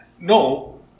No